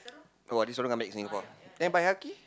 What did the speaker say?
!wah! this one came back to Singapore then Baihaki